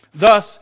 Thus